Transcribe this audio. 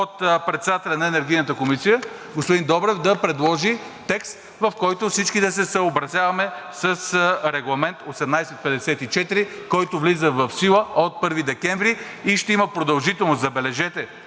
от председателя на Енергийната комисия господин Добрев да предложи текст, в който всички да се съобразяваме с Регламент № 1854, който влиза в сила от 1 декември и ще има продължителност, забележете,